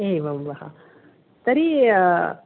एवं वा तर्हि